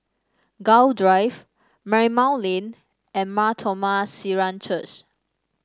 Gul Drive Marymount Lane and Mar Thoma Syrian Church